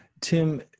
Tim